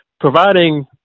providing